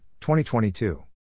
2022